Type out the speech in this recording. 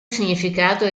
significato